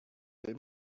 they